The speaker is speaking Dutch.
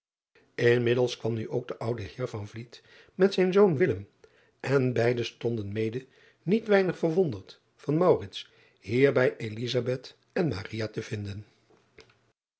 nmiddels kwam nu ook driaan oosjes zn et leven van aurits ijnslager de oude eer met zijn zoon en beide stonden mede niet weinig verwonderd van hier bij en te vinden